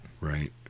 right